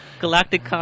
Galactic